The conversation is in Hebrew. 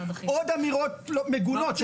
עוד אמירות מגונות.